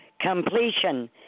Completion